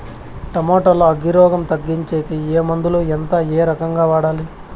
Tomato లో అగ్గి రోగం తగ్గించేకి ఏ మందులు? ఎంత? ఏ రకంగా వాడాలి?